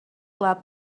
club